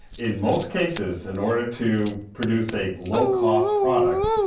in most cases, in order to produce a low-cost product,